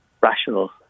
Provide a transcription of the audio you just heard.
rational